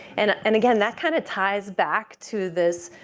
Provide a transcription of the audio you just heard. and and again, that kind of ties back to this